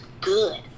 good